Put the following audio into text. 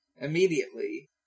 Immediately